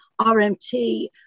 RMT